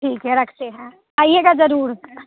ठीक है रखते हैं आइएगा ज़रूरी